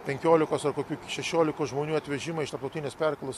penkiolikos ar kokių iki šešiolikos žmonių atvežimą iš tarptautinės perkėlos